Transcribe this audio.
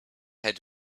had